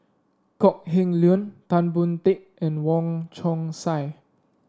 Kok Heng Leun Tan Boon Teik and Wong Chong Sai